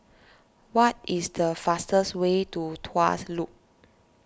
what is the fastest way to Tuas Loop